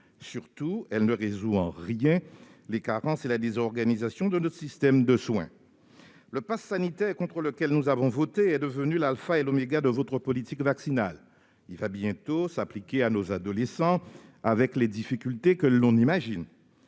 Surtout, elle ne résout en rien les carences et la désorganisation de notre système de soins. Le passe sanitaire contre lequel nous avons voté est devenu l'alpha et l'oméga de votre politique vaccinale. Il va bientôt s'appliquer à nos adolescents, avec les difficultés que l'on imagine.